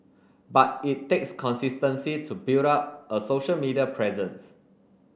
but it takes consistency to build up a social media presence